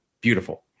beautiful